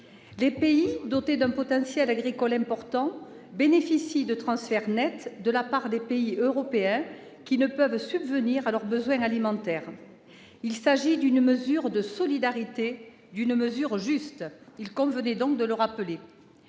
Les pays dotés d'un potentiel agricole important bénéficient de transferts nets de la part des pays européens qui ne peuvent subvenir à leurs besoins alimentaires. Il s'agit d'une mesure de solidarité, d'une mesure juste. Il convenait de le rappeler.